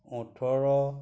ওঠৰ